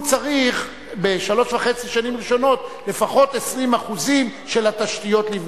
צריך בשלוש שנים וחצי הראשונות לבנות לפחות 20% של התשתיות.